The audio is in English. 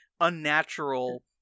unnatural